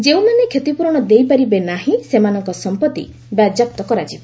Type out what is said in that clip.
ଯେଉଁମାନେ କ୍ଷତିପୂରଣ ଦେଇପାରିବେ ନାହିଁ ସେମାନଙ୍କ ସମ୍ପତ୍ତି ବାଜ୍ୟାପ୍ତ କରାଯିବ